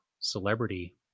celebrity